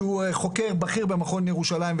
שהוא חוקר בכיר במכון ירושלים,